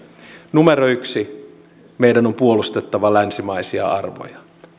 yksi meidän on puolustettava länsimaisia arvoja